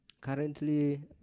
currently